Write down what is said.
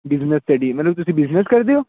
business study ਮਤਲਬ ਤੁਸੀਂ business ਕਰਦੇ ਹੋ